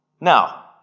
now